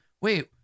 wait